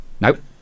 Nope